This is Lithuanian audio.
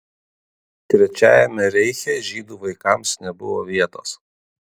trečiajame reiche žydų vaikams nebuvo vietos